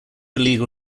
illegal